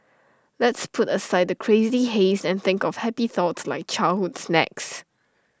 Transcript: let's put aside the crazy haze and think of happy thoughts like childhood snacks